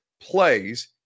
plays